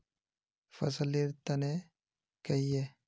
फसल लेर तने कहिए?